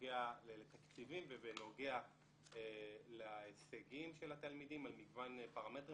בנוגע לתקציבים ובנוגע להישגים של התלמידים על מגוון פרמטרים,